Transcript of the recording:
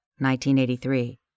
1983